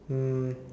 um